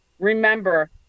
Remember